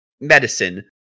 medicine